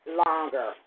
longer